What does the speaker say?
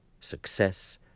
Success